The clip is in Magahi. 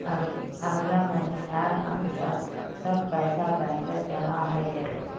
अगला महीनार अंत तक सब पैसा बैंकत जमा हइ जा बे